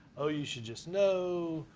oh, you should just know